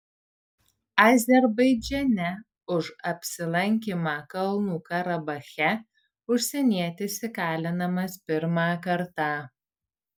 azerbaidžane už apsilankymą kalnų karabache užsienietis įkalinamas pirmą kartą